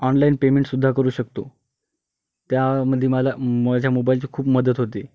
online पेमेंटसुद्धा करू शकतो त्यामधे मला माझ्या मोबाईलची खूप मदत होते